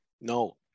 No